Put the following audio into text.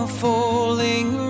falling